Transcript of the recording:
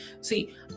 See